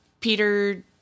Peter